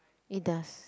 it does